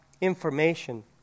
information